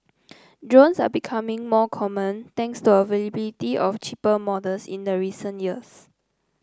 drones are becoming more common thanks to availability of cheaper models in the recent years